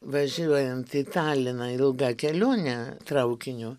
važiuojant į taliną ilgą kelionę traukiniu